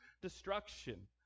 destruction